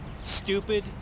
stupid